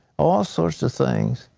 all sorts of things.